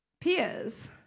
Peers